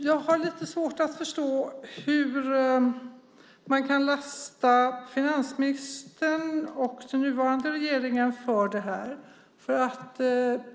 Jag har lite svårt att förstå hur man kan lasta finansministern och den nuvarande regeringen för det här.